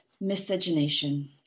miscegenation